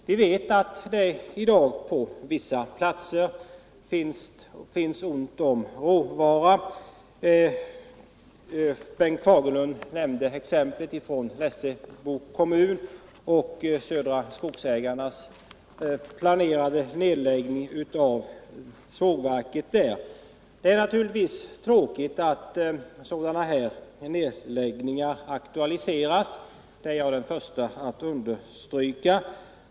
Vi vet att det i dag på vissa platser är ont om råvara. Bengt Fagerlund nämnde exemplet från Lessebo kommun och Södra skogsägarnas planerade nedläggning av sågverket där. Det är naturligtvis tråkigt att sådana här nedläggningar aktualiseras, det är jag den förste att understryka.